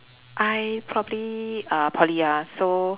I probably uh poly ya so